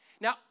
Now